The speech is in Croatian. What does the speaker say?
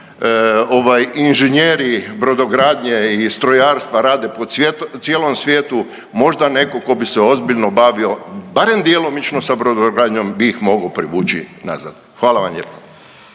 inženjeri brodogradnje i strojarstva rade po cijelom svijetu. Možda netko tko bi se ozbiljno bavio barem djelomično sa brodogradnjom bi ih mogao privući nazad. Hvala vam lijepo.